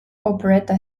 operetta